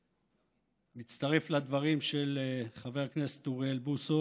אני מצטרף לדברים של חבר הכנסת אוריאל בוסו